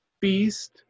Beast